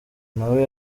nawe